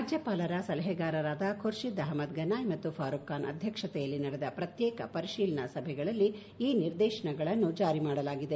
ರಾಜ್ಯಪಾಲರ ಸಲಹೆಗಾರರಾದ ಖುರ್ಷಿದ್ ಅಹಮದ್ ಗನಾಯ್ ಮತ್ತು ಫಾರೂಖ್ ಖಾನ್ ಅಧ್ಯಕ್ಷತೆಯಲ್ಲಿ ನಡೆದ ಪ್ರತ್ಯೇಕ ಪರಿಶೀಲನಾ ಸಭೆಗಳಲ್ಲಿ ಈ ನಿರ್ದೇಶನಗಳನ್ನು ಜಾರಿ ಮಾಡಲಾಗಿದೆ